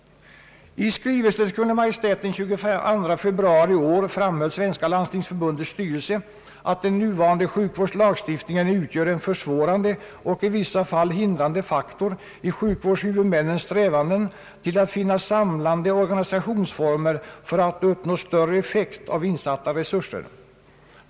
I skrivelse till Kungl. Maj:t den 22 februari i år framhöll Svenska landstingsförbundets styrelse, att den nuvarande sjukvårdslagstiftningen utgör en försvårande och i vissa fall hindrande faktor i sjukvårdshuvudmännens strävanden till att finna samlande organisationsformer för att uppnå större effekt av insatta resurser.